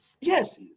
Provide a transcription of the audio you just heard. Yes